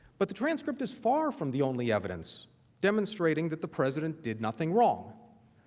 but the transcript is far from the only evidence demonstrating that the president did nothing wrong.